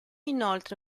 inoltre